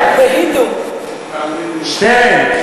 שטרן,